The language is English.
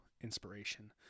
inspiration